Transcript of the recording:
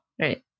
Right